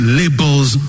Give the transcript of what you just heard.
labels